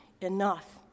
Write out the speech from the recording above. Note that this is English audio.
enough